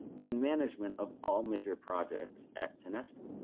and management of all major projects at tanesco.